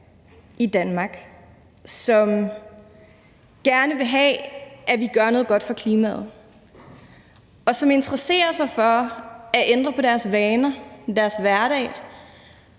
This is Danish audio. i Danmark, som gerne vil have, at vi gør noget godt for klimaet, og som interesserer sig for at ændre deres vaner i deres hverdag